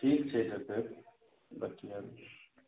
ठीक छै तऽ फेर बतिआयब